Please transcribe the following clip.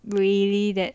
really that